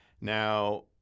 Now